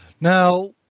Now